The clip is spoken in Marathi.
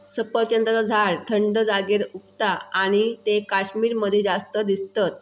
सफरचंदाचा झाड थंड जागेर उगता आणि ते कश्मीर मध्ये जास्त दिसतत